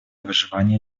выживания